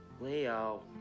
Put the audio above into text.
Leo